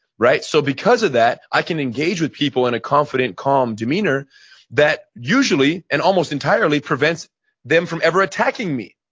so because of that, i can engage with people in a confident, calm demeanor that usually and almost entirely prevents them from ever attacking me.